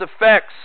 effects